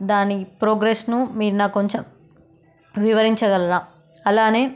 దాని ప్రోగ్రెస్ను మీరు నాకు కొంచెం వివరించగలరా అలానే